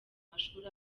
mashuri